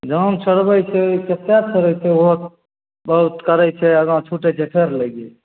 जाम छोड़बैके बहुत करैत छै आगाँ छूटैत छै फेर लागि जाइत छै